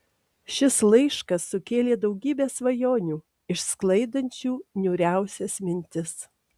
šis laiškas sukėlė daugybę svajonių išsklaidančių niūriausias mintis